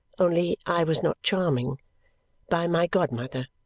only i was not charming by my godmother.